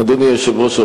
אדוני היושב-ראש,